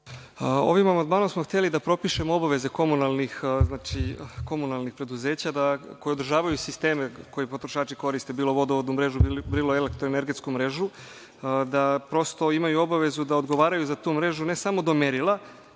Ovim amandmanom smo hteli da propišemo obaveze komunalnih preduzeća koji održavaju sisteme koje potrošači koriste, bilo vodovodnu mrežu, bilo elektroenergetsku mrežu, da prosto imaju obavezu da odgovaraju za tu mrežu ne samo do merila,